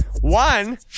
One